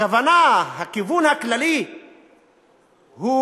הכיוון הכללי הוא